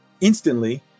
instantly